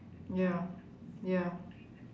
ya ya